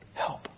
help